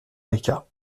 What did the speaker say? rica